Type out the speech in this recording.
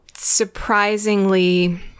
surprisingly